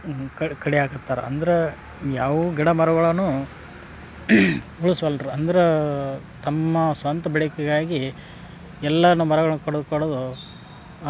ಎಲ್ಲ ದೊಡ್ಡ ದೊಡ್ಡ ಫಂಕ್ಷನ್ ಇದ್ದಾಗ ದೊ ಎಲ್ಲ ದೊಡ್ಡದು ದೊಡ್ಡದು ಕೊಳ್ಗದಂಥವು ಯಾವ ನಾಲ್ಕು ಐದು ಕೊಳ್ಗ ಮೂರು ಕೊಳ್ಗ ದೊಡ್ಡ ಪರಾತು